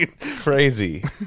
crazy